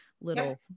little